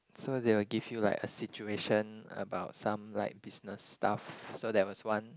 so they will give you like a situation about some like business stuff so there was one